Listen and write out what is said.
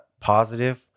positive